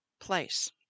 place